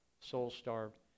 soul-starved